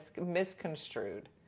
misconstrued